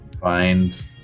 Find